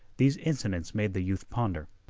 these incidents made the youth ponder.